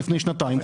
לפני שנתיים,